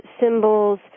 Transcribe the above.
symbols